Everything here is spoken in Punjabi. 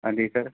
ਹਾਂਜੀ ਸਰ